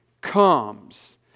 comes